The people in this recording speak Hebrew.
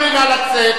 נא לצאת.